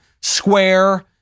square